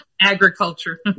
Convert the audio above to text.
agriculture